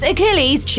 Achilles